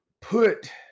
put